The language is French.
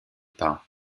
pas